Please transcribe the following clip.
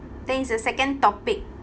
that's the second topic